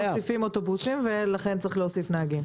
לכן אנחנו מוסיפים אוטובוסים ולכן צריך להוסיף נהגים.